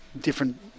different